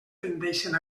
tendeixen